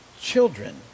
children